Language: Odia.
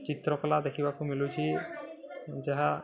ଚିତ୍ରକଳା ଦେଖିବାକୁ ମିଳୁଛି ଯାହା